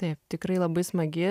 taip tikrai labai smagi